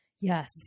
Yes